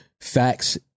facts